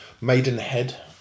Maidenhead